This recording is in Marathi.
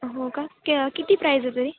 हो का क किती प्राईज आहे तरी